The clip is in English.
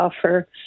offer